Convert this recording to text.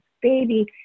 baby